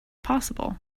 possible